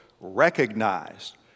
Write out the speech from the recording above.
recognized